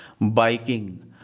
Biking